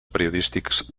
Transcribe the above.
periodístics